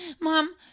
Mom